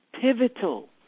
pivotal